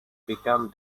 became